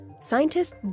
Scientists